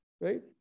Right